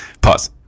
Pause